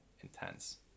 intense